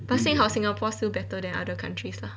but 幸好 singapore still better than other countries lah